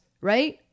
right